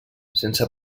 sense